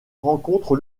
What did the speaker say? rencontre